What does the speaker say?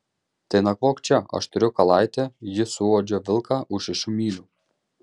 tai nakvok čia aš turiu kalaitę ji suuodžia vilką už šešių mylių